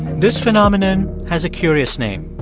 this phenomenon has a curious name.